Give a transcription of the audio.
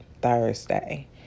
thursday